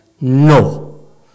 No